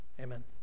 Amen